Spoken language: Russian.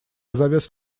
завез